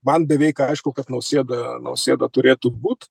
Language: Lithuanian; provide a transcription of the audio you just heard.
man beveik aišku kad nausėda nausėda turėtų būt